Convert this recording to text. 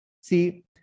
See